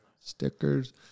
Stickers